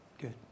Good